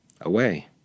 away